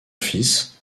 fils